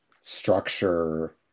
structure